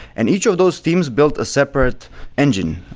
and each of those teams built a separate engine,